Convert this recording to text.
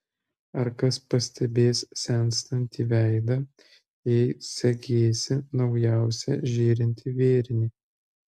ar kas pastebės senstantį veidą jei segėsi naujausią žėrintį vėrinį